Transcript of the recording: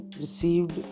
received